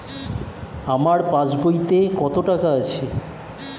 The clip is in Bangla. আমার পাস বইতে কত টাকা আছে?